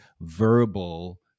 verbal